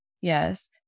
Yes